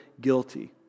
guilty